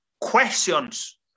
questions